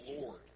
Lord